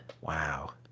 wow